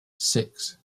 six